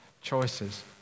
choices